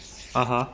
(uh huh)